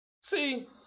See